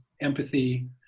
empathy